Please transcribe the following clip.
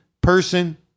person